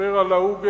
שמספר על ההוא,